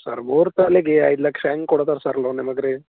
sir ಮೂರು ತೊಲೆಗೆ ಐದು ಲಕ್ಷ ಹೆಂಗೆ ಕೊಡ್ತಾರೆ ಸರ್ ಲೋನ್ ನಿಮ್ಗೆ ರೀ